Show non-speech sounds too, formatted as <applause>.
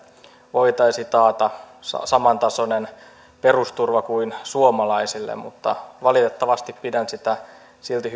voitaisiin taata samantasoinen perusturva kuin suomalaisille mutta valitettavasti pidän sitä silti <unintelligible>